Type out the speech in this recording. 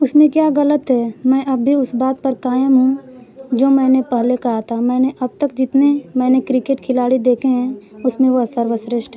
उसमें क्या गलत है मैं अब भी उस बात पर कायम हूँ जो मैंने पहले कहा था मैंने अब तक जितने मैंने क्रिकेट खिलाड़ी देखे हैं उसमें वह सर्वश्रेष्ठ है